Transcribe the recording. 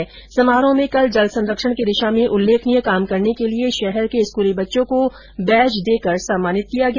इस समारोह में कल जल संरक्षण की दिशा में उल्लेखनीय काम करने के लिए शहर के स्कूली बच्चों को बैज देकर सम्मानित किया गया